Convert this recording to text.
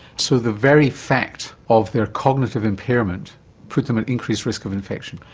so the very fact of their cognitive impairment put them at increased risk of infection.